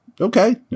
Okay